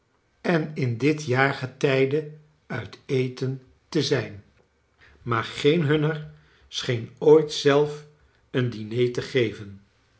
en in dit jaargetijde uit eten te zijn maar geen hunner scheen ooit zelf een diner te geven